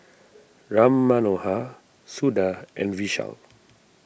Ram Manohar Suda and Vishal